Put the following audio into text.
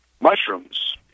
mushrooms